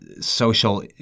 social